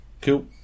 cool